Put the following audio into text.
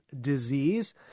disease